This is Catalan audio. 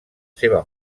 seva